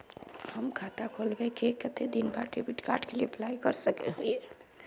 हम खाता खोलबे के कते दिन बाद डेबिड कार्ड के लिए अप्लाई कर सके हिये?